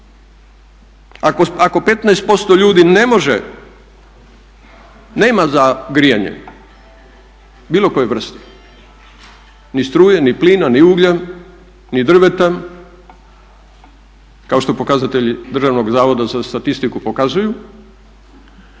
ako 15% ljudi ne može, nema za grijanje bilo koje vrste, ni struje ni plina ni ugljena ni drveta, kao što pokazatelji Državnog zavoda za statistiku pokazuju.